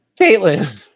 Caitlin